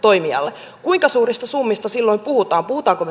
toimijalle kuinka suurista summista silloin puhutaan puhummeko